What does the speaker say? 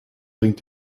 bringt